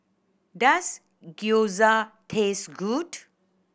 does Gyoza taste good